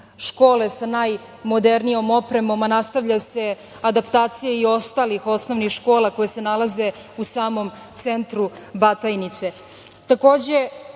škole sa najmodernijom opremom, a nastavlja se i adaptacija ostalih osnovnih škola, koje se nalaze u samom centru Batajnice. Takođe